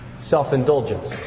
self-indulgence